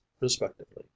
respectively